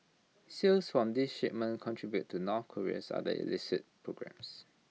sales from these shipments contribute to north Korea's other illicit programmes